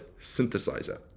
synthesizer